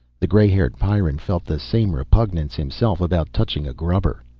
the gray-haired pyrran felt the same repugnance himself about touching a grubber.